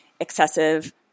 excessive